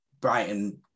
Brighton